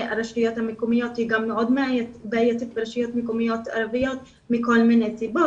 הרשויות מאוד בעייתית ברשויות מקומיות ערביות מכל מיני סיבות,